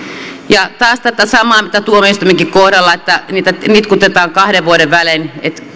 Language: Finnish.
ja taas tätä samaa mitä tuomioistuintenkin kohdalla että niitä nitkutetaan kahden vuoden välein